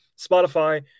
Spotify